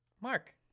mark